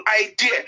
idea